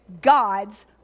God's